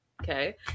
Okay